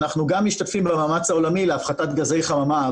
אנחנו גם משתתפים במאמץ העולמי להפחתת גזי חממה.